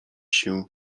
się